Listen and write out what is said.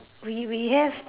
we we have